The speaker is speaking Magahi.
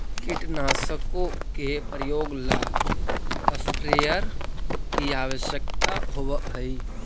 कीटनाशकों के प्रयोग ला स्प्रेयर की आवश्यकता होव हई